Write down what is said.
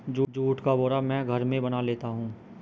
जुट का बोरा मैं घर में बना लेता हूं